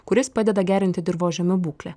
kuris padeda gerinti dirvožemio būklę